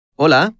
Hola